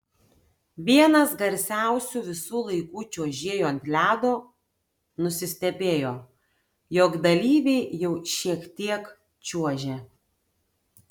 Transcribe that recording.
vienas garsiausių visų laikų čiuožėjų ant ledo nusistebėjo jog dalyviai jau šiek tiek čiuožia